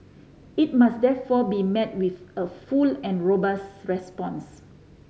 it must therefore be met with a full and robust response